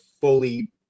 fully